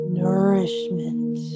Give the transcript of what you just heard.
nourishment